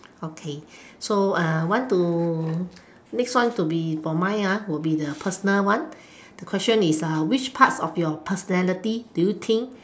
okay so uh want to next one to be for mine ah will be the personal one the question is uh which parts of your personality do you think